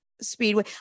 speedway